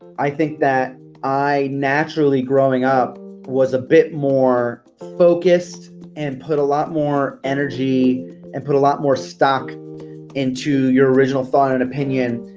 i think that i naturally growing up was a bit more focused and put a lot more energy and put a lot more stock into your original thought and opinion.